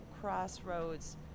crossroads